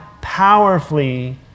powerfully